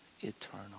eternal